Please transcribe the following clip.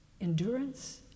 endurance